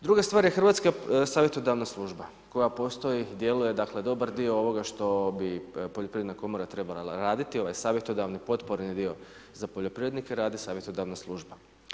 Druga stvar je Hrvatska savjetodavna služba koja postoji, djeluje, dakle dobar dio ovoga što bi poljoprivredna komora trebala raditi, ovaj savjetodavni potporni dio za poljoprivrednike radi savjetodavna služba.